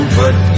put